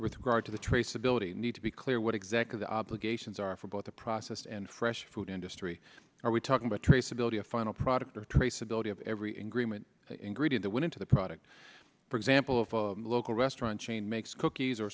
ground to the traceability need to be clear what exactly the obligations are for both the process and fresh food industry are we talking about traceability a final product or traceability of every ingredient ingredient when into the product for example of a local restaurant chain makes cookies or